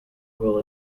will